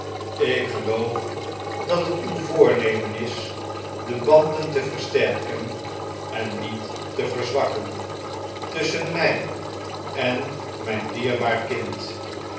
ik geloof dat het uw voornemen is de banden te versterken en niet te verzwakken tusschen mn en mjjn dierbaar kind